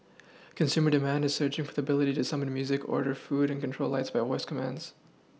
consumer demand is surging for the ability to summon music order food and control lights by voice commands